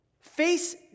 face